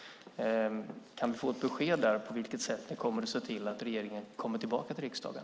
Kan vi få ett besked om på vilket sätt ni har tänkt se till att regeringen kommer tillbaka till riksdagen?